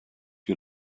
you